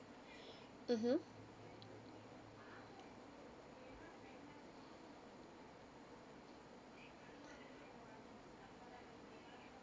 mmhmm